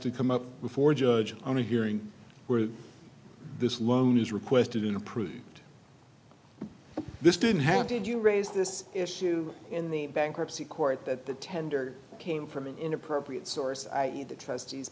to come up before a judge on a hearing where this loan is requested an approved this didn't have did you raise this issue in the bankruptcy court that the tender came from an inappropriate source i e the trustees